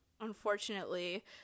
Unfortunately